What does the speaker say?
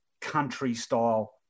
country-style